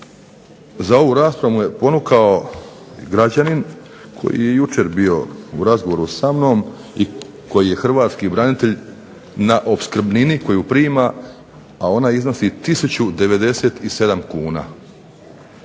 za ovu raspravu me ponukao građanin koji je jučer bio u razgovoru sa mnom i koji je hrvatski branitelj na opskrbnini koju prima, a ona iznosi 1.097,00 kuna.